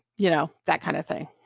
you know, that kind of thing.